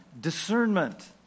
discernment